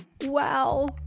Wow